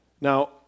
Now